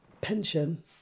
pension